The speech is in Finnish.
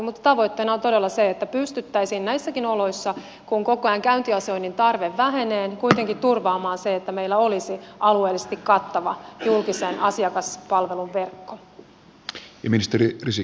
mutta tavoitteena on todella se että pystyttäisiin näissäkin oloisssa kun koko ajan käyntiasioinnin tarve vähenee kuitenkin turvaamaan se että meillä olisi alueellisesti kattava julkisen asiakaspalvelun verkko